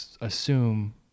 assume